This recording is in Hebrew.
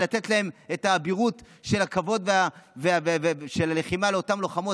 לתת את האבירות של הכבוד של הלחימה לאותן לוחמות,